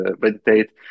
meditate